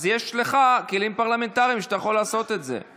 אז יש לך כלים פרלמנטריים שבהם אתה יכול לעשות את זה.